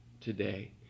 today